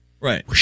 Right